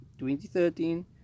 2013